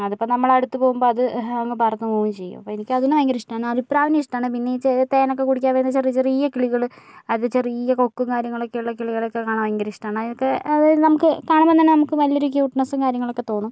അതിപ്പോൾ നമ്മളടുത്തു പോകുമ്പോൾ അത് അങ്ങ് പറന്ന് പോവുകയും ചെയ്യും അപ്പോൾ എനിക്ക് അതിനെ ഭയങ്കര ഇഷ്ടമാണ് അരിപ്രാവിനെ ഇഷ്ടമാണ് പിന്നെ ഈ ചെറു തേനൊക്കെ കുടിക്കാൻ വരുന്ന ചെറിയ ചെറിയ കിളികൾ അത് ചെറിയ കൊക്കും കാര്യങ്ങളൊക്കെ ഉള്ള കിളികളെയൊക്കെ കാണാൻ ഭയങ്കര ഇഷ്ടമാണ് അതൊക്കെ അതെ നമുക്ക് കാണുമ്പോൾ തന്നെ നമുക്ക് നല്ലൊരു ക്യൂട്ട്നസ്സും കാര്യങ്ങളൊക്കെ തോന്നും